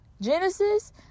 Genesis